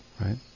right